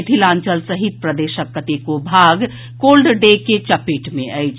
मिथिलांचल सहित प्रदेशक कतेको भाग कोल्ड डे के चपेट मे अछि